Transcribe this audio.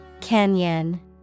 Canyon